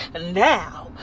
now